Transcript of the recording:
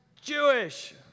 Jewish